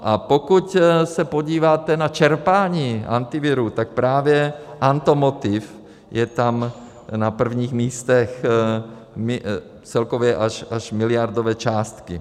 A pokud se podíváte na čerpání Antivirů, tak právě automotiv je tam na prvních místech, celkově až miliardové částky.